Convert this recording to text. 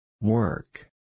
work